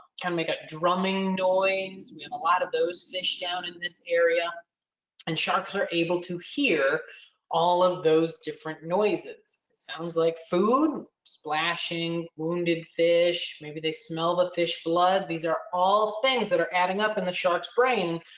can make a drumming noise. we have a lot of those fish down in this area and sharks are able to hear all of those different noises. sounds like food splashing, wounded fish, maybe they smell the fish blood. these are all things that are adding up in the shark's brain,